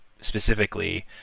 specifically